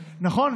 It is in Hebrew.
נכון.